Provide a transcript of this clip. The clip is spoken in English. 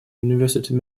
university